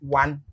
one